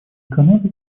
канады